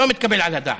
לא מתקבל על הדעת.